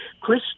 Chris